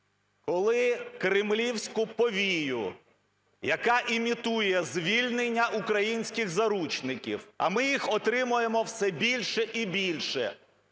коли "кремлівську повію", яка імітує звільнення українських заручників, а ми їх отримуємо все більше і більше